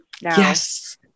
Yes